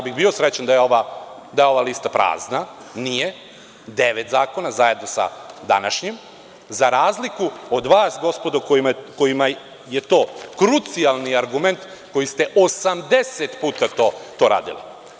Bio bih srećan da je ova lista prazna, nije, devet zakona zajedno sa današnjim, za razliku od vas, gospodo, kojima je to krucijalni argument koji ste 80 puta to radili.